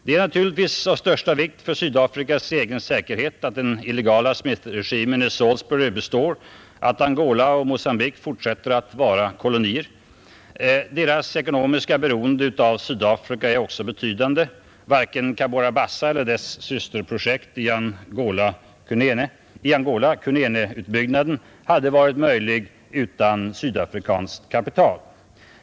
Det är naturligtvis av största vikt för Sydafrikas egen säkerhet att den illegala Smithregimen i Salisbury består, att Angola och Mogambique fortsätter att vara kolonier. Deras ekonomiska beroende av Sydafrika är också betydande. Varken Cabora Bassa eller dess systerprojekt i Angola, Cunene-utbyggnaden, hade varit möjliga att genomföra utan sydafrikanskt kapital.